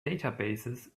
databases